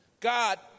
God